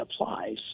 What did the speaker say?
applies